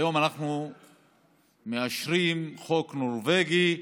היום אנחנו מאשרים חוק נורבגי,